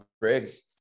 Briggs